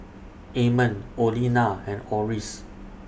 Amon Orlena and Oris